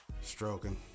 Stroking